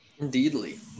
Indeedly